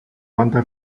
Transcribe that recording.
banda